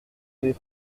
avait